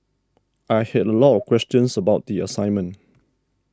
I had a lot of questions about the assignment